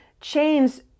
chains